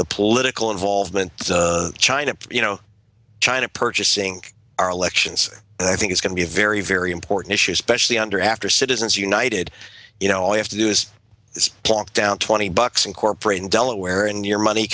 the political involvement china you know china purchasing our elections i think is going to be a very very important issue especially under after citizens united you know all you have to do is walk down twenty bucks incorporate in delaware and your money